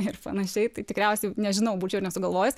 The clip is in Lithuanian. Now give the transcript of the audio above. ir panašiai tai tikriausiai nežinau būčiau nesugalvojus